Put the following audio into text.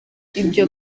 ibyo